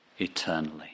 eternally